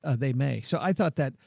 ah they may. so i thought that,